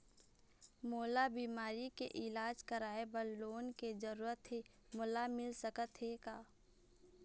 मोला बीमारी के इलाज करवाए बर लोन के जरूरत हे मोला मिल सकत हे का?